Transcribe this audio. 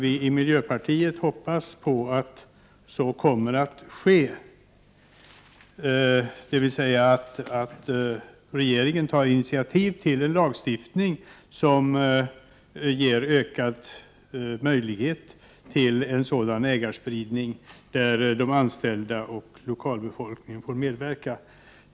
Vi i miljöpartiet hoppas att så kommer att ske — dvs. att regeringen tar initiativ till en lagstiftning som ger ökad möjlighet till en sådan ägarspridning där de anställda och lokalbefolkningen får medverka.